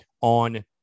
on